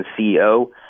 CEO